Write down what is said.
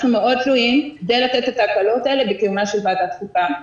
אנחנו מאוד תלויים כדי לתת את ההקלות האלה בקיומה של ועדת חוקה.